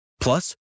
Plus